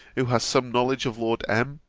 who has some knowledge of lord m.